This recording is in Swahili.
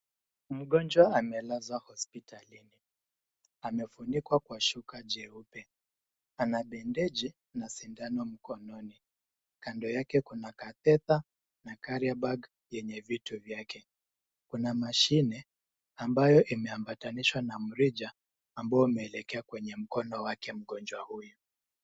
Mgonjwa ameelazwa hospitalini. Amefunikwa kwa shuka jeupe. Ana bendeji, na sindano mkononi. Kando yake kuna katetha, na carrier bag yenye vitu vyake. Kuna mashine, ambayo imeambatanishwa na mrija, ambao umeelekea kwenye mkono wake mgonjwa huyu.